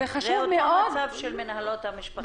זה אותו מצב של מנהלות המשפחתונים.